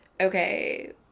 okay